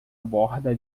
borda